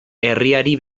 herriari